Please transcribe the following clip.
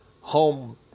home